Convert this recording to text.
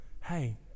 hey